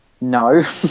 No